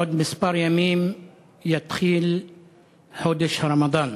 בעוד כמה ימים יתחיל חודש הרמדאן.